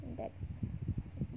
That